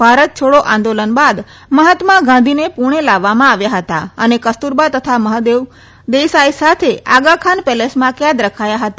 ભારત છોડો આંદોલન બાદ મહાત્મા ગાંધીને પુણ લાવવામાં આવ્યા હતા અને કસ્તુરબા તથા મહાદેવ દેસાઈ સાથે આગાખાન પેલેસમાં કેદ રખાયા હતા